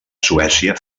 suècia